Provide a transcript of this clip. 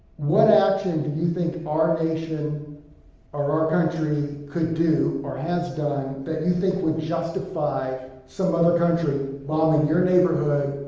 what action do you think our nation or our country could do, or has done, that you think would justify some other country bombing your neighborhood,